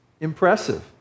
impressive